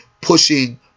pushing